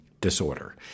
disorder